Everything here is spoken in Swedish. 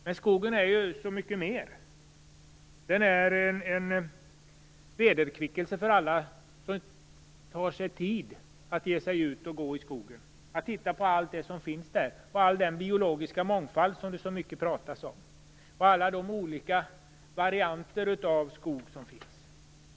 Men skogen är så mycket mer. Den är en vederkvickelse för alla som tar sig tid att ge sig ut och gå där och titta på allt som finns, på all den biologiska mångfald som det pratas så mycket om och på alla de varianter av skog som finns.